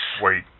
Wait